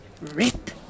rip